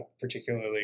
particularly